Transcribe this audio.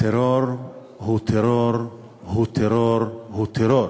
טרור הוא טרור הוא טרור הוא טרור,